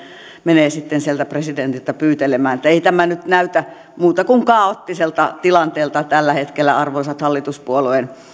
menee sitten sieltä presidentiltä pyytelemään ei tämä nyt näytä muuta kuin kaoottiselta tilanteelta tällä hetkellä arvoisat hallituspuolueiden